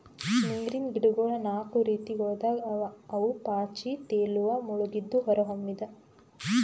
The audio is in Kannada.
ನೀರಿನ್ ಗಿಡಗೊಳ್ ನಾಕು ರೀತಿಗೊಳ್ದಾಗ್ ಅವಾ ಅವು ಪಾಚಿ, ತೇಲುವ, ಮುಳುಗಿದ್ದು, ಹೊರಹೊಮ್ಮಿದ್